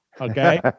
okay